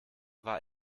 war